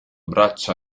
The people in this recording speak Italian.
braccia